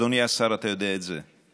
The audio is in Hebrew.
אדוני השר, אתה יודע את זה.